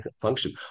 function